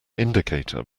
indicator